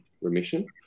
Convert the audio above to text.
remission